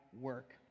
work